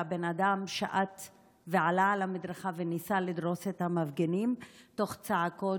והבן אדם שעט ועלה על המדרכה וניסה לדרוס את המפגינים תוך צעקות,